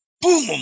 boom